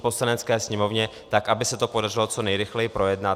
Poslanecké sněmovně tak, aby se to podařilo co nejrychleji projednat.